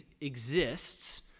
exists